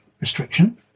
restriction